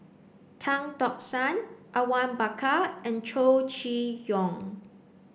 Tan Tock San Awang Bakar and Chow Chee Yong